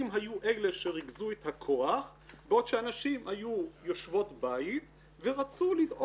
היו אלה שריכזו את הכוח בעוד שהנשים היו יושבות בית ורצו לדאוג להן.